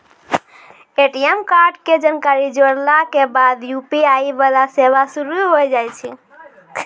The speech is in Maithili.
ए.टी.एम कार्डो के जानकारी जोड़ला के बाद यू.पी.आई वाला सेवा शुरू होय जाय छै